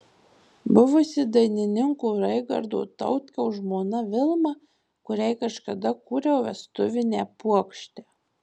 buvusi dainininko raigardo tautkaus žmona vilma kuriai kažkada kūriau vestuvinę puokštę